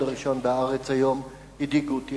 הראשון בעיתון "הארץ" היום הדאיגו אותי.